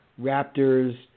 Raptors